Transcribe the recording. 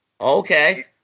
Okay